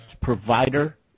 provider